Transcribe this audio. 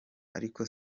ariko